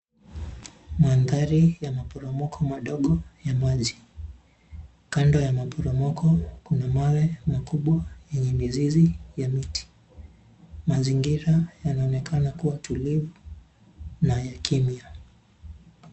Mandhari ya maporomoko madogo ya maji. Kando ya maporomoko kuna mawe makubwa yenye mizizi ya miti. Mazingira yanaonekana kuwa tulivu na ya kimya.